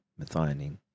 methionine